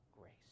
grace